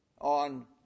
on